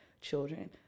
children